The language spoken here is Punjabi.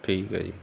ਠੀਕ ਹੈ ਜੀ